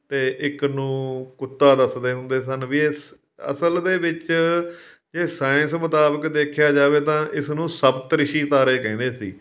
ਅਤੇ ਇੱਕ ਨੂੰ ਕੁੱਤਾ ਦੱਸਦੇ ਹੁੰਦੇ ਸਨ ਵੀ ਇਸ ਅਸਲ ਦੇ ਵਿੱਚ ਇਹ ਸਾਇੰਸ ਮੁਤਾਬਕ ਦੇਖਿਆ ਜਾਵੇ ਤਾਂ ਇਸ ਨੂੰ ਸਪਤ ਰਿਸ਼ੀ ਤਾਰੇ ਕਹਿੰਦੇ ਸੀ